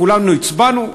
כולנו הצבענו,